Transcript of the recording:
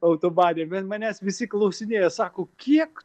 autobane ben manęs visi klausinėja sako kiek